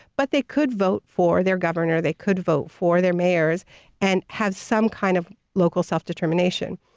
but they could vote for their governor. they could vote for their mayors and have some kind of local self-determination.